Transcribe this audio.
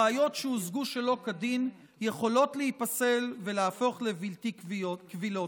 ראיות שהושגו שלא כדין יכולות להיפסל ולהפוך לבלתי קבילות.